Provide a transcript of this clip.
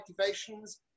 activations